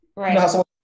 Right